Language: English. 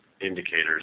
indicators